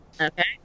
Okay